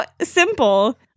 simple